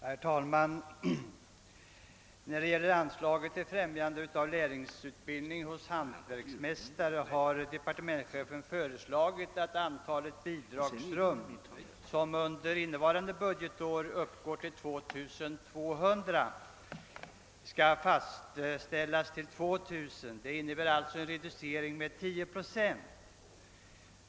Herr talman! Departementschefen har beträffande anslagen till främjande av lärlingsutbildning hos hantverksmästare m.m. föreslagit att antalet bidragsrum, som under innevarande budgetår uppgår till 2200, skall fastställas till 2 000. Detta innebär en reducering med 10 procent.